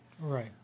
right